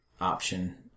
option